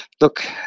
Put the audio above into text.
look